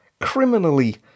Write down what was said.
criminally